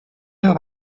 heure